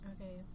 Okay